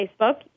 Facebook